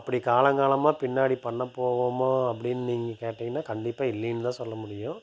அப்படி காலங்காலமாக பின்னாடி பண்ணப் போவோமா அப்படினு நீங்கள் கேட்டீங்கனா கண்டிப்பாக இல்லைனு தான் சொல்ல முடியும்